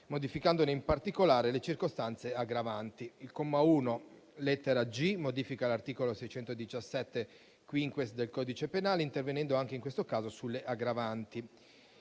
modificandone in particolare le circostanze aggravanti. Il comma 1, lettera *g)*, modifica l'articolo 617-*quinquies* del codice penale, intervenendo anche in questo caso sulle aggravanti.